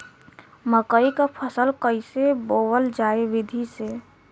मकई क फसल कईसे बोवल जाई विधि से?